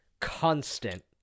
Constant